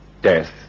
death